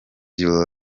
you